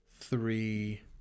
three